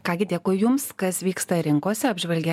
ką gi dėkui jums kas vyksta rinkose apžvelgė